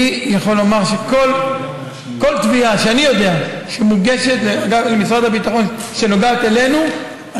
אני יכול לומר שכל תביעה שאני יודע שמוגשת למשרד הביטחון ונוגעת אלינו,